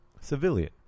Civilian